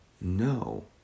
no